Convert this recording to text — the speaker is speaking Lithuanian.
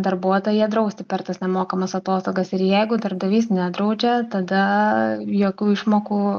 darbuotoją drausti per tas nemokamas atostogas ir jeigu darbdavys nedraudžia tada jokių išmokų